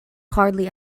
hardly